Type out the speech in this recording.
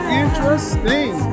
interesting